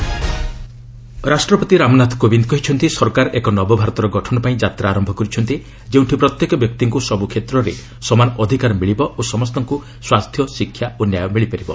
president address ରାଷ୍ଟ୍ରପତି ରାମନାଥ କୋବିନ୍ଦ କହିଛନ୍ତି ସରକାର ଏକ ନବଭାରତର ଗଠନ ପାଇଁ ଯାତ୍ରା ଆରମ୍ଭ କରିଛନ୍ତି ଯେଉଁଠି ପ୍ରତ୍ୟେକ ବ୍ୟକ୍ତିଙ୍କୁ ସବୁ କ୍ଷେତ୍ରରେ ସମାନ ଅଧିକାର ମିଳିବ ଓ ସମସ୍ତଙ୍କୁ ସ୍ୱାସ୍ଥ୍ୟ ଶିକ୍ଷା ଓ ନ୍ୟାୟ ମିଳିପାରିବ